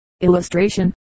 Illustration